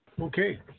Okay